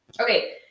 Okay